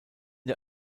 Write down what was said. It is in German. der